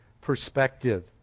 perspective